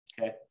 okay